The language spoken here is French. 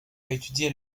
étudié